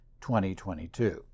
2022